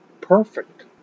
perfect